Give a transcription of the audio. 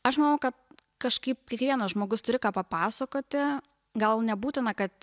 aš manau kad kažkaip kiekvienas žmogus turi ką papasakoti gal nebūtina kad